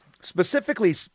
Specifically